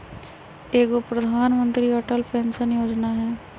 एगो प्रधानमंत्री अटल पेंसन योजना है?